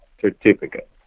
certificate